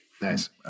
Nice